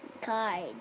card